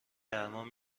درمان